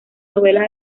novelas